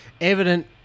evident